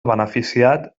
beneficiat